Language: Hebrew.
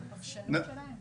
זה פרשנות לחוק.